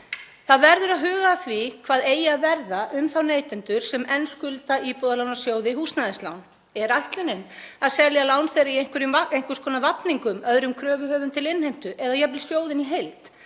Það verður að huga að því hvað eigi að verða um þá neytendur sem enn skulda Íbúðalánasjóði húsnæðislán. Er ætlunin að selja lán þeirra í einhvers konar vafningum, öðrum kröfuhöfum til innheimtu, eða jafnvel sjóðinn í heild?